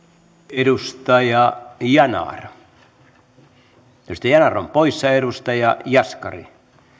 edustaja yanar edustaja yanar on poissa edustaja jaskari